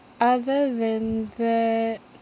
other than that